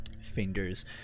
fingers